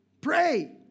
pray